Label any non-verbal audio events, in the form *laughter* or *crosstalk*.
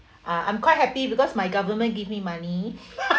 uh I'm quite happy because my government give me money *laughs*